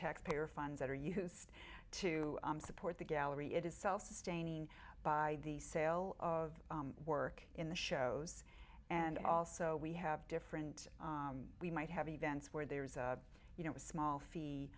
taxpayer funds that are used to support the gallery it is self sustaining by the sale of work in the shows and also we have different we might have events where there's a you know a small fee